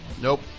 Nope